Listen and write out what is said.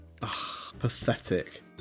Pathetic